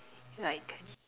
like